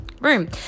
room